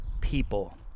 people